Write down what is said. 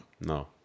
No